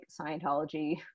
Scientology